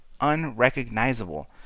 unrecognizable